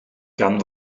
gan